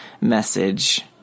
message